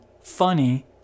funny